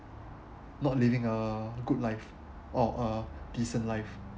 not living a good life or a decent life